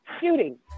shooting